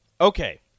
okay